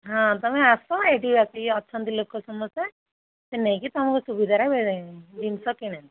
ହଁ ତୁମେ ଆସ ଏଇଠିକି ଆସି ଲୋକ ଅଛନ୍ତି ଲୋକ ସମସ୍ତେ ସେ ନେଇକି ତୁମକୁ ସୁବିଧାରେ ଜିନିଷ କିଣେଇଦେବେ